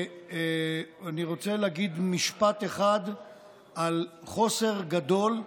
אני רוצה להגיד משפט אחד על חוסר גדול,